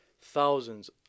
thousands